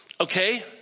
okay